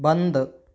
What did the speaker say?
बंद